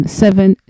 seven